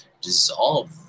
dissolve